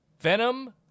Venom